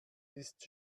ist